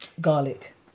garlic